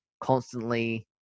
constantly